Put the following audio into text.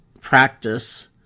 practice